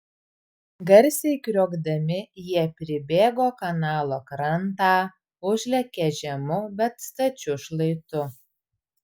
garsiai kriokdami jie pribėgo kanalo krantą užlėkė žemu bet stačiu šlaitu